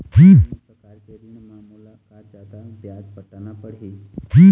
अन्य प्रकार के ऋण म मोला का जादा ब्याज पटाना पड़ही?